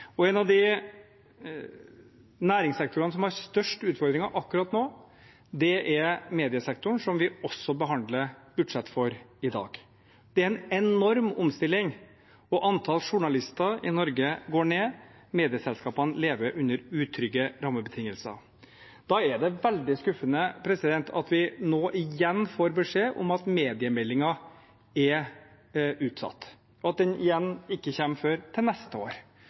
kulturlivet. En av de næringssektorene som har størst utfordringer akkurat nå, er mediesektoren, som vi også behandler budsjett for i dag. Det er en enorm omstilling, antall journalister i Norge går ned, og medieselskapene lever under utrygge rammebetingelser. Da er det veldig skuffende at vi nå igjen får beskjed om at mediemeldingen er utsatt, og at den ikke kommer før til neste år.